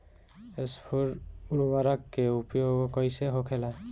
स्फुर उर्वरक के उपयोग कईसे होखेला?